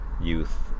youth